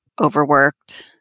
overworked